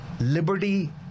liberty